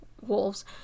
wolves